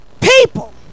people